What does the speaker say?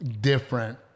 different